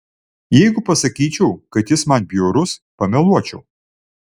jeigu pasakyčiau kad jis man bjaurus pameluočiau